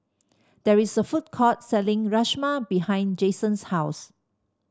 there is a food court selling Rajma behind Jasen's house